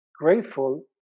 grateful